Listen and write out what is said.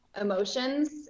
emotions